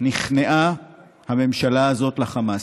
נכנעה הממשלה הזאת לחמאס.